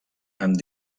amb